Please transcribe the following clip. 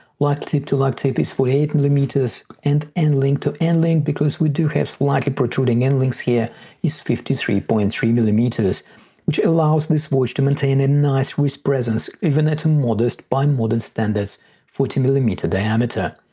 lug tip to lug tip is forty eight mm and end link to end link because we do have slightly protruding end links here is fifty three point three millimeters which allows this watch to maintain a nice wrist presence even at a modest by modern standards forty millimeter diameter.